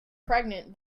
pregnant